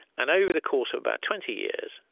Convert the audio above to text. and over the course of about twenty years,